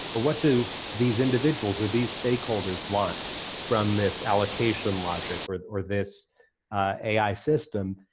or what do these individuals or these stakeholders want from this allocation logic or or this ai system?